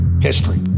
history